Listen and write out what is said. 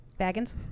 Baggins